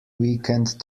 weekend